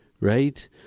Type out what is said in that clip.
right